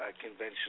conventional